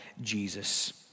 Jesus